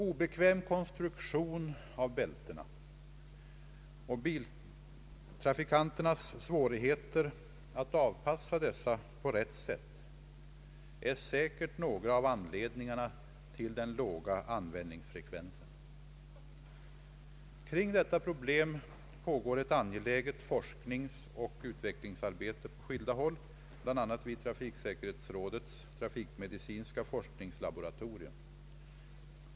Obekväm konstruktion av bältena och biltrafikanternas svårigheter att avpassa dessa på rätt sätt är säkert några av anledningarna till den låga använd ningsfrekvensen. Kring detta problem pågår ett angeläget forskningsoch utvecklingsarbete på skilda håll, bl.a. vid trafiksäkerhetsrådets trafikmedicinska forskningslaboratorium.